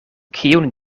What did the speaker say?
kiun